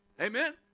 Amen